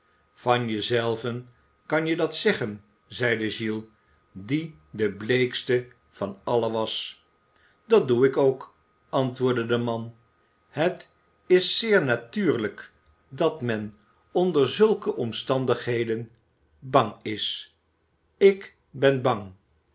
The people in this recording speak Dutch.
van je zelven kan je dat zeggen zeide qiles die de bleekste van allen was dat doe ik ook antwoordde de man het is zeer natuurlijk dat men onder zulke omstandigheden bang is ik ben bang